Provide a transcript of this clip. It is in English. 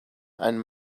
and